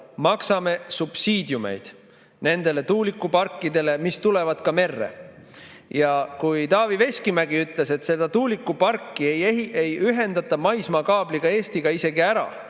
maksame subsiidiume nendele tuulikuparkidele, mis tulevad ka merre. Ja kui Taavi Veskimägi ütles, et seda tuulikuparki ei ühendata maismaakaabliga Eestiga isegi ära,